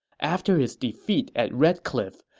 after his defeat at red cliff,